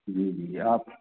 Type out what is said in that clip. जी जी आप